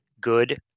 good